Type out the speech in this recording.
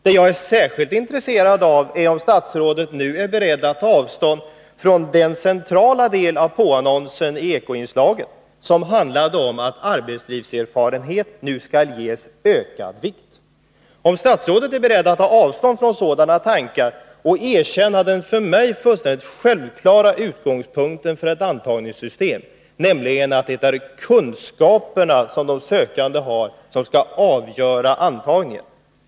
Det jag är särskilt intresserad av är om statsrådet nu är beredd att ta avstånd från den centrala del av påannonsen i Eko-inslaget som handlade om att arbetslivserfarenhet nu skall ges ökad vikt. Är statsrådet beredd att ta avstånd från sådana tankar och erkänna den för mig fullständigt självklara utgångspunkten för ett antagningssystem, nämligen att det är kunskaperna som de sökande har som skall avgöra antagningen?